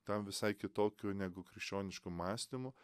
tam visai kitokiu negu krikščionišku mąstymu